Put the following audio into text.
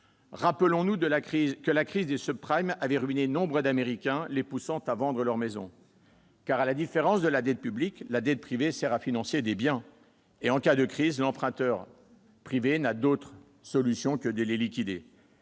rappelons-nous que la crise des avait ruiné nombre d'Américains, les poussant à vendre leur maison. Car, à la différence de la dette publique, la dette privée sert à financer des biens. En cas de crise, l'emprunteur privé n'a d'autre solution que de les liquider.